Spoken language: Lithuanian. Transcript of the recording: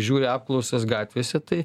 žiūri apklausas gatvėse tai